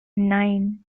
nine